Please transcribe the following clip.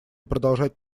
продолжать